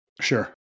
Sure